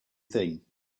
thing